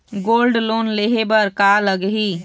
Gold loan लेहे बर का लगही?